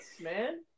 man